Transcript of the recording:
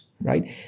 right